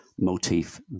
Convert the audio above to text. motif